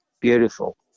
beautiful